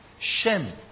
Shem